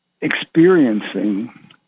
experiencing